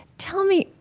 tell me,